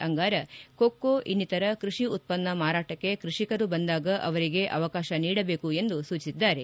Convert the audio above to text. ಅಂಗಾರ cocoa ಇನ್ನಿತರ ಕೃಷಿ ಉತ್ಪನ್ನ ಮಾರಾಟಕ್ಕೆ ಕೃಷಿಕರು ಬಂದಾಗ ಅವರಿಗೆ ಅವಕಾಶ ನೀಡಬೇಕು ಎಂದು ಸೂಚಿಸಿದರು